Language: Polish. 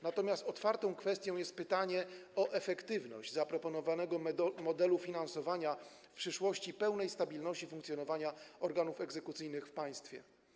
Natomiast otwartą kwestią jest pytanie o efektywność zaproponowanego modelu finansowania w przyszłości dla pełnej stabilności funkcjonowania organów egzekucyjnych w państwie.